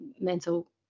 mental